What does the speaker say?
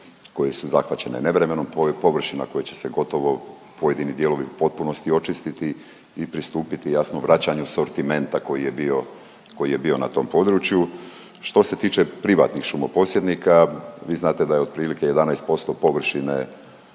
koje su zahvaćene nevremenom, površina koje će se gotovo pojedini dijelovi u potpunosti očistiti i pristupiti jasno vraćanju sortimenta koji je bio, koji je bio na tom području. Što se tiče privatnih šumoposjednika, vi znate da je otprilike 11% površine